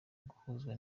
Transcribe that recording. guhuzwa